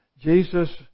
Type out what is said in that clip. Jesus